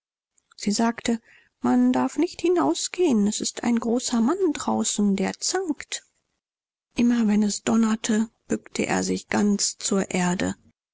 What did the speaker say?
sie sagte man darf nicht hinausgehen es ist ein großer mann draußen der zankt immer wenn es donnerte bückte er sich ganz zur erde